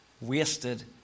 wasted